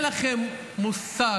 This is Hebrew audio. אין לכם מושג,